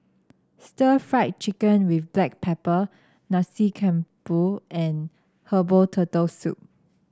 Stir Fried Chicken with Black Pepper Nasi Campur and Herbal Turtle Soup